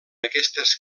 aquestes